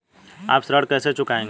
आप ऋण कैसे चुकाएंगे?